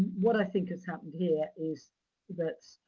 what i think has happened here is that